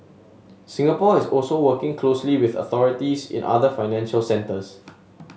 Singapore is also working closely with authorities in other financial centres